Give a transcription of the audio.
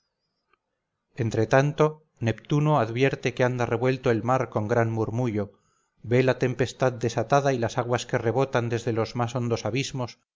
entre tanto neptuno advierte que anda revuelto el mar con gran murmullo ve la tempestad desatada y las aguas que rebotan desde los más hondos abismos